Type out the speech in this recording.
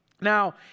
Now